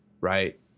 right